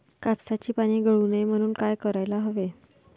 कापसाची पाने गळू नये म्हणून काय करायला हवे?